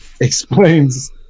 explains